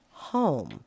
home